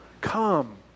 Come